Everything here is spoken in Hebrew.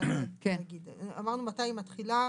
אמרנו מתי היא מתחילה,